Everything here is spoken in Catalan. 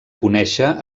conèixer